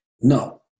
No